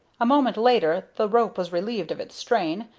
a moment later the rope was relieved of its strain,